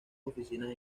oficinas